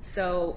so